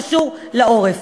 שקשור לעורף.